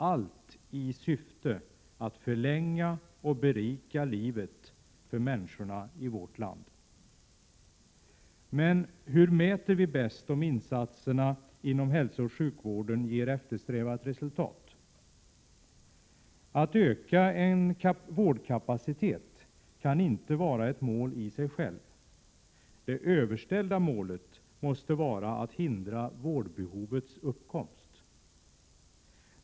Allt detta i syfte att förlänga och berika livet för människorna i vårt land. Men hur mäter vi bäst om insatserna inom hälsooch sjukvården ger eftersträvat resultat? Att öka vårdkapaciteten kan inte vara ett mål i sig självt, Det överställda målet måste vara att hindra vårdbehovets uppkomst.